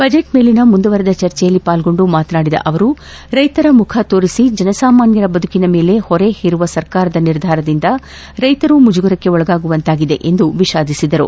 budget ಮೇಲಿನ ಮುಂದುವರಿದ ಚರ್ಚೆಯಲ್ಲಿ ಪಾಲ್ಗೊಂಡು ಮಾತನಾಡಿದ ಅವರು ರೈತರ ಮುಖ ತೋರಿಸಿ ಜನಸಾಮಾನ್ಯರ ಬದುಕಿನ ಮೇಲೆ ಹೊರೆ ಹೇರುವ ಸರ್ಕಾರದ ನಿರ್ಧಾರದಿಂದ ರೈತರು ಮುಜುಗರಕ್ಕೊಳಗಾಗುವಂತಾಗಿದೆ ಎಂದು ವಿಷಾದಿಸಿದರು